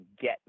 get